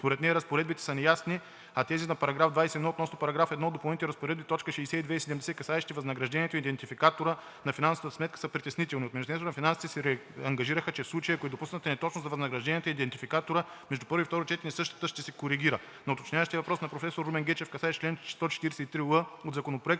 Според нея разпоредбите са неясни, а тези на § 21 относно § 1 от Допълнителните разпоредби, т. 62 и 70, касаещи възнаграждението и идентификатора на финансова сметка, са притеснителни. От Министерството на финансите се ангажираха, че в случай и ако е допусната неточност за възнагражденията и идентификатора, между първо и второ гласуване същата ще се коригира. На уточняващия въпрос на професор Румен Гечев, касаещ чл. 143л от Законопроекта,